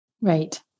Right